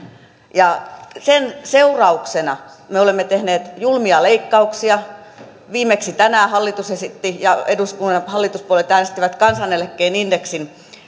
sen seurauksena me olemme tehneet julmia leikkauksia viimeksi tänään hallitus esitti ja eduskunnan hallituspuolueet äänestivät kansaneläkkeen indeksin